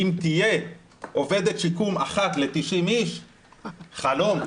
אם תהיה עובדת שיקום אחת ל-90 איש, חלום,